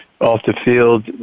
off-the-field